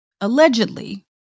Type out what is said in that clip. Allegedly